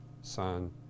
Son